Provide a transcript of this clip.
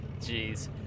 Jeez